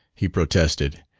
he protested.